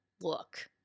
look